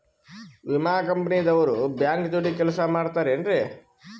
ವಿಮಾ ಕಂಪನಿ ದವ್ರು ಬ್ಯಾಂಕ ಜೋಡಿ ಕೆಲ್ಸ ಮಾಡತಾರೆನ್ರಿ?